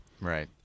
Right